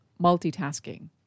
multitasking